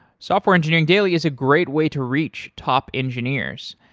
software engineering daily is a great way to reach top engineers.